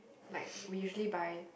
like we usually buy